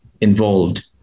involved